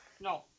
No